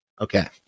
Okay